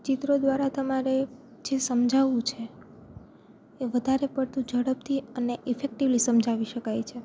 ચિત્રો દ્વારા તમારે જે સમજાવવું છે એ વધારે પડતું ઝળપથી અને ઇફેક્ટિવલી સમજાવી શકાય છે